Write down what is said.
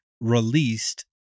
released